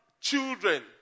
children